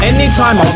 Anytime